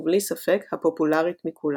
ובלי ספק הפופולרית מכולן.